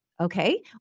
Okay